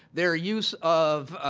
their use of